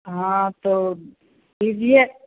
हाँ तो कीजिए